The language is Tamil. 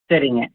சரிங்க